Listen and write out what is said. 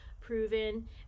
proven